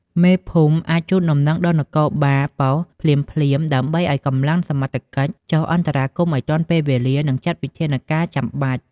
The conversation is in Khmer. មេភូមិអាច ជូនដំណឹងដល់នគរបាលប៉ុស្តិ៍ភ្លាមៗ ដើម្បីឱ្យកម្លាំងសមត្ថកិច្ចចុះអន្តរាគមន៍ឲ្យទាន់ពេលវេលា និងចាត់វិធានការចាំបាច់។